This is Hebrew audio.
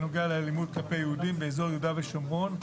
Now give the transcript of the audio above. בנוגע לאלימות כלפי יהודים באזור יהודה ושומרון,